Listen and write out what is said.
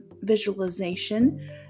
visualization